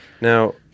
Now